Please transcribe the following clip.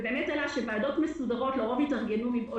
עלה שוועדות מסודרות לרוב התארגנו מבעוד